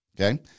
Okay